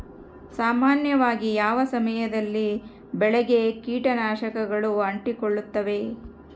ಸಾಮಾನ್ಯವಾಗಿ ಯಾವ ಸಮಯದಲ್ಲಿ ಬೆಳೆಗೆ ಕೇಟನಾಶಕಗಳು ಅಂಟಿಕೊಳ್ಳುತ್ತವೆ?